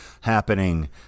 happening